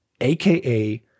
aka